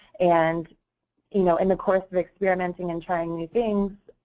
and you know in the course of experimenting and trying new things,